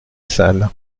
salle